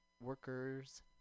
Workers